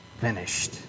finished